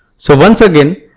so once again,